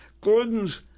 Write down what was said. Gordon's